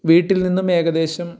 വീട്ടിൽ നിന്നും ഏകദേശം